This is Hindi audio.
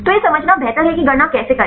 तो यह समझना बेहतर है कि गणना कैसे करें